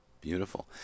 Beautiful